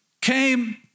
came